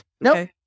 Nope